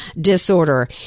disorder